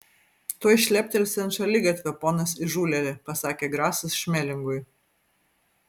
tuoj šleptelsi ant šaligatvio ponas įžūlėli pasakė grasas šmelingui